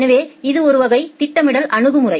எனவே இது ஒரு வகை திட்டமிடல் அணுகுமுறை